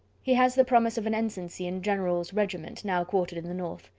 he has the promise of an ensigncy in general s regiment, now quartered in the north.